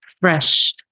fresh